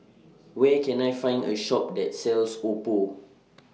Where Can I Find A Shop that sells Oppo